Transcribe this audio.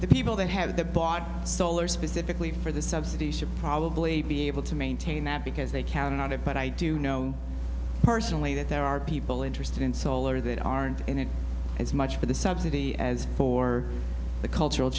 the people that have that bought solar specifically for the subsidy should probably be able to maintain that because they cannot have but i do know personally that there are people interested in solar that aren't in it as much for the subsidy as for the cultural